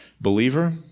Believer